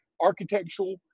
Architectural